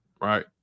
right